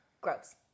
Gross